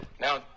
Now